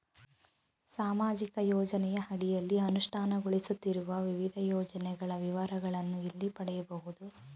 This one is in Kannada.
ಸಾಮಾಜಿಕ ಯೋಜನೆಯ ಅಡಿಯಲ್ಲಿ ಅನುಷ್ಠಾನಗೊಳಿಸುತ್ತಿರುವ ವಿವಿಧ ಯೋಜನೆಗಳ ವಿವರಗಳನ್ನು ಎಲ್ಲಿ ಪಡೆಯಬಹುದು?